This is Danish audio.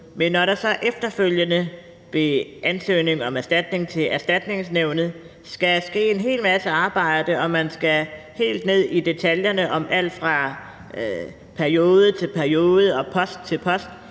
men når der så efterfølgende ved ansøgning om erstatning til Erstatningsnævnet skal ske en hel masse arbejde og man skal helt ned i detaljerne om alt fra periode for periode og post for post